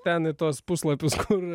ten į tuos puslapius kur